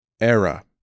Era